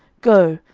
go,